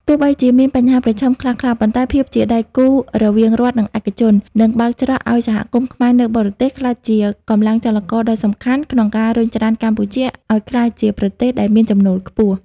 ទោះបីជាមានបញ្ហាប្រឈមខ្លះៗ ប៉ុន្តែ ភាពជាដៃគូរវាងរដ្ឋ និងឯកជន នឹងបើកច្រកឱ្យសហគមន៍ខ្មែរនៅបរទេសក្លាយជាកម្លាំងចលករដ៏សំខាន់ ក្នុងការរុញច្រានកម្ពុជាឱ្យក្លាយជាប្រទេសដែលមានចំណូលខ្ពស់។